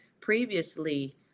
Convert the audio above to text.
previously